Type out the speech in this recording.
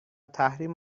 تحریم